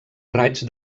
raigs